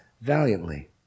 valiantly